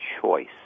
choice